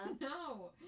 No